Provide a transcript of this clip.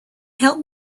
helped